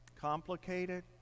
complicated